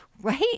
right